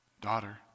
daughter